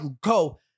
go